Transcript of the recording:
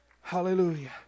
Hallelujah